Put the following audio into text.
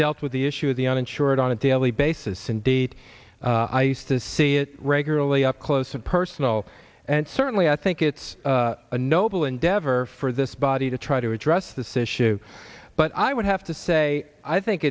dealt with the issue of the uninsured on a daily basis and did eat ice to see it regularly up close and personal and certainly i think it's a noble endeavor for this body to try to address this issue but i would have to say i think